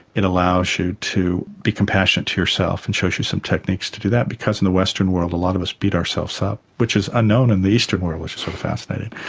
it allows you to be compassionate to yourself and shows you some techniques to do that, because in the western world a lot of us beat ourselves up which is unknown in the eastern world which is so sort of fascinating.